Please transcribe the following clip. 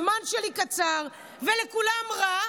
הזמן שלי קצר, ולכולם רע.